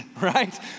right